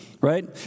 right